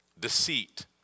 deceit